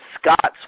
Scott's